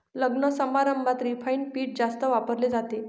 लग्नसमारंभात रिफाइंड पीठ जास्त वापरले जाते